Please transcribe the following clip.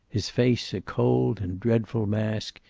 his face a cold and dreadful mask,